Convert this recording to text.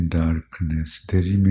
darkness